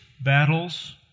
battles